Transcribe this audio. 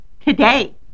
today